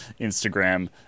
Instagram